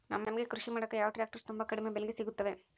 ನಮಗೆ ಕೃಷಿ ಮಾಡಾಕ ಯಾವ ಟ್ರ್ಯಾಕ್ಟರ್ ತುಂಬಾ ಕಡಿಮೆ ಬೆಲೆಗೆ ಸಿಗುತ್ತವೆ?